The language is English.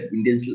Indian